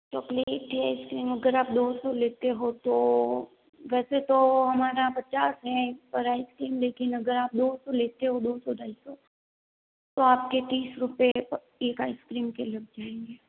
चॉकलेटी आइसक्रीम अगर आप दो सौ लेते हो तो वैसे तो हमारे यहाँ पचास हैं इस पर आइसक्रीम लेकिन अगर आप दो सौ लेते हो दो सौ ढाई सौ तो आप के तीस रुपये एक आइसक्रीम के लग जाएंगे